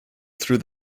through